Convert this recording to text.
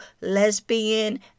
lesbian